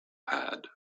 had